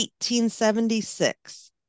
1876